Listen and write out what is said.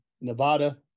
Nevada